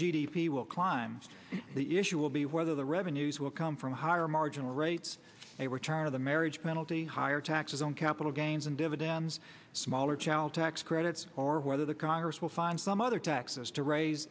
p will climb the issue will be whether the revenues will come from higher marginal rates they were tired of the marriage penalty higher taxes on capital gains and dividends smaller child tax credits or whether the congress will find some other taxes to raise